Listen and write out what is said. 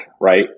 right